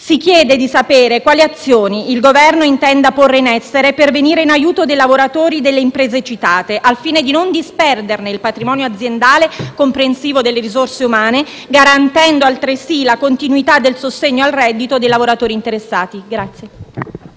Si chiede pertanto di sapere quali azioni il Governo intenda porre in essere per venire in aiuto dei lavoratori delle imprese citate, al fine di non disperderne il patrimonio aziendale comprensivo delle risorse umane, garantendo altresì la continuità del sostegno al reddito dei lavoratori interessati.